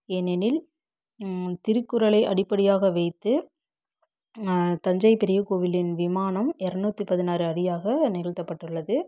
ஏனெனில் திருக்குறளை அடிப்படையாக வைத்து தஞ்சை பெரிய கோவிலின் விமானம் இரநூத்தி பதினாறு அடியாக நிகழ்த்தப்பட்டு உள்ளது